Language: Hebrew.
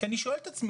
כי אני שואל את עצמי,